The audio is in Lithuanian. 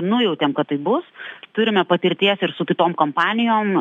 nujautėm kad taip bus turime patirties ir su kitom kompanijom